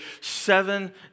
seven